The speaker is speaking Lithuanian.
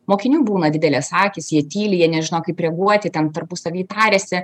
mokinių būna didelės akys jie tyli jie nežino kaip reaguoti ten tarpusavy tariasi